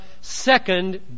second